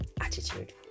attitude